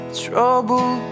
trouble